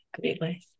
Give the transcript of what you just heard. greatly